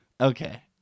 Okay